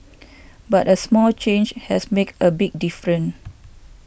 but a small change has make a big difference